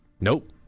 Nope